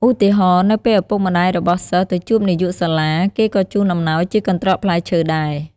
ឧទាហរណ៍ នៅពេលឪពុកម្ដាយរបស់សិស្សទៅជួបនាយកសាលា គេក៏ជូនអំណោយជាកន្ត្រកផ្លែឈើដែរ។